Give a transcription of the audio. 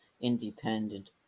independent